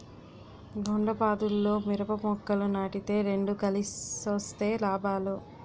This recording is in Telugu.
దొండపాదుల్లో మిరప మొక్కలు నాటితే రెండు కలిసొస్తే లాభాలు